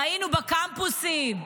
ראינו בקמפוסים,